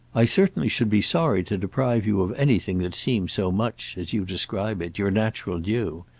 i certainly should be sorry to deprive you of anything that seems so much, as you describe it, your natural due.